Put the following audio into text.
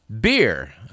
beer